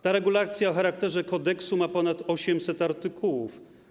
Ta regulacja o charakterze kodeksu ma ponad 800 artykułów.